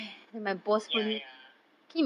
ya ya